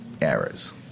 errors